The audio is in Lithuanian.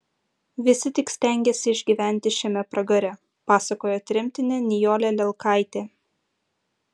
visi tik stengėsi išgyventi šiame pragare pasakojo tremtinė nijolė lelkaitė